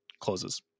closes